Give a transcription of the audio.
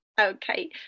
Okay